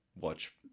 watch